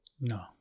No